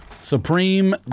Supreme